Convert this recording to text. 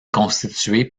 constitué